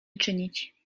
czynić